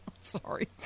Sorry